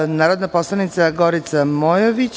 Reč ima narodna poslanica Gorica Mojović.